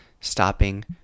stopping